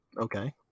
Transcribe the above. Okay